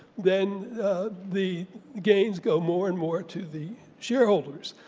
then the gains go more and more to the shareholders.